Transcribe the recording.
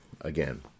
again